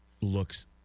looks